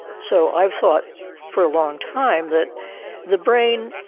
so i've thought for a long time that the brain,